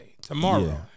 Tomorrow